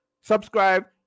subscribe